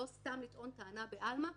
לא סתם לטעון טענה בעלמא,